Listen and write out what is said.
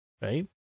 right